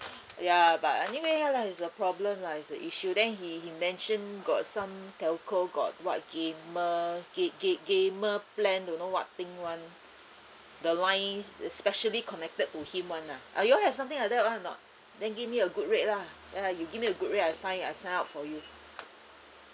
ya but anyway ya lah it's a problem lah is the issue then he he mentioned got some telco got what gamer ga~ ga~ gamer plan don't know what thing [one] the lines especially connected to him one lah ah y'all have something like that [one] or not then give me a good rate lah ya lah you give me a good rate I sign I sign up for you